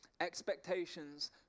Expectations